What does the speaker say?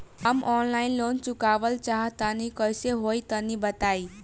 हम online loan चुकावल चाहऽ तनि कइसे होई तनि बताई?